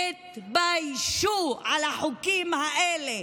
תתביישו על החוקים האלה.